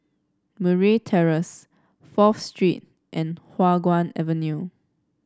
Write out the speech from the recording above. Murray Terrace Fourth Street and Hua Guan Avenue